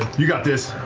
you got this.